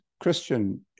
Christian